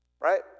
right